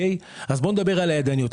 אם כן, בואו נדבר על הידניות.